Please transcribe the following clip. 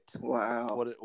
wow